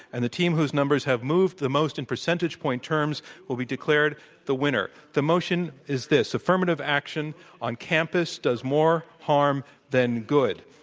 and the team whose numbers have moved the most in percentage point terms will be declared the winner. the motion is this, affirmative action on campus does more harm than good.